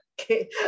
Okay